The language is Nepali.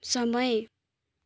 समय